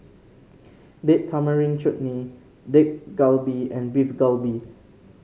Date Tamarind Chutney Dak Galbi and Beef Galbi